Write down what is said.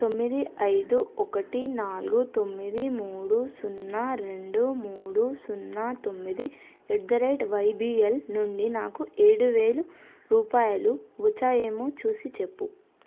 తొమ్మిది ఐదు ఒకటి నాలుగు తొమ్మిది మూడు సున్నా రెండు మూడు సున్నా తొమ్మిది ఎట్ ద రేట్ వైబిఎల్ నుండి నాకు ఏడువేలు రూపాయలు వచ్చాయేమో చూసి చెప్పుము